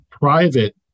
private